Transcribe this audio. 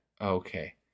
okay